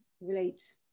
relate